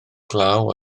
glaw